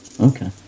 Okay